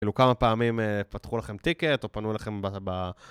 כאילו כמה פעמים פתחו לכם טיקט, או פנו אליכם ב...